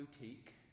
Boutique